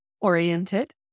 oriented